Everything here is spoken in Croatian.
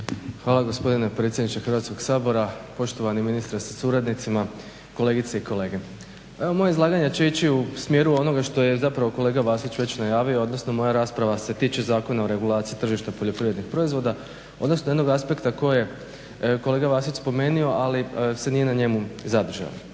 Hvala gospodine predsjedniče Hrvatskog sabora, poštovani ministre sa suradnicima, kolegice i kolege. Pa evo, moje izlaganje će ići u smjeru onoga što je zapravo kolega Vasić već najavio, odnosno moja rasprava se tiče Zakona o regulaciji tržišta poljoprivrednih proizvoda, odnosno jednog aspekta koje je kolega Vasić spomenuo, ali se nije na njemu zadržao.